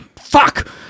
fuck